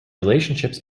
relationships